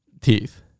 Teeth